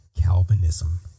Calvinism